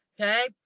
okay